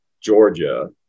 georgia